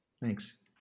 Thanks